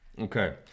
Okay